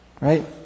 Right